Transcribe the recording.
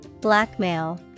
Blackmail